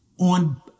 on